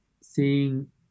seeing